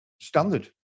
standard